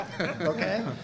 Okay